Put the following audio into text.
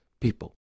people